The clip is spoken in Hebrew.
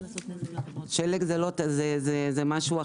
שלג זה משהו אחר.